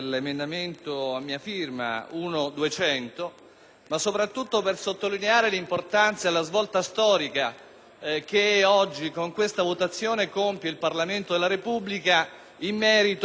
ma soprattutto per sottolineare l'importanza e la svolta storica che oggi, con questa votazione, il Parlamento della Repubblica compie in merito alla tutela istituzionale delle forze di polizia.